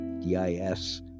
D-I-S